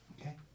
Okay